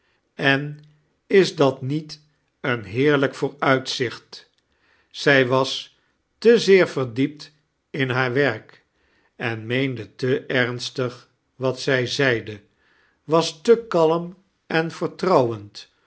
en is dat niet een heerlijk vooruitzicht zij was te zeer verdiept in haar werk en meende te ernstig wat zij zeide was te kakn en vertrouwend